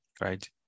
right